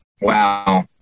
Wow